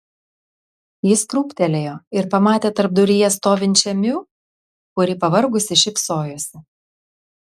jis krūptelėjo ir pamatė tarpduryje stovinčią miu kuri pavargusi šypsojosi